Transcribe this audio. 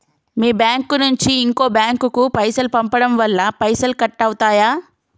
మీ bank నుంచి ఇంకో bank కు పైసలు పంపడం వల్ల పైసలు కట్ అవుతయా?